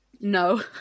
No